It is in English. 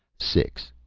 six.